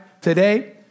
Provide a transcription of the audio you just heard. today